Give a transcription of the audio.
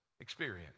experience